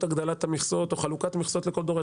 הגדלת המכסות או חלוקת מכסות לכל דורש.